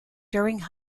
during